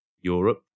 Europe